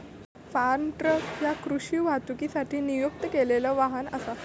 form truck ह्या कृषी वाहतुकीसाठी नियुक्त केलेला वाहन असा